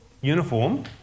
uniform